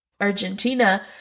Argentina